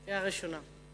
קריאה ראשונה.